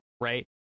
right